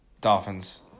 Dolphins